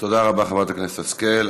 תודה רבה, חברת הכנסת השכל.